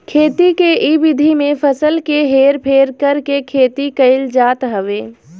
खेती के इ विधि में फसल के हेर फेर करके खेती कईल जात हवे